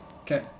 Okay